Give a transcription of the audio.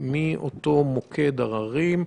מאותו מוקד עררים,